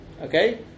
Okay